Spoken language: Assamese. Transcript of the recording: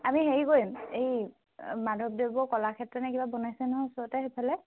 আমি হেৰি কৰিম এই মাধৱদেৱৰ কলাক্ষেত্ৰ নে কিবা বনাইছে নহয় ওচৰতে সেইফালে